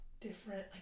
different